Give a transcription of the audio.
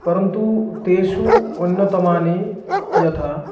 परन्तु तेषु अन्यतमानि यथा